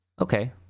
Okay